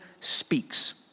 speaks